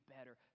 better